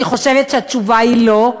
אני חושבת שהתשובה היא לא.